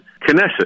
Knesset